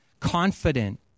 Confident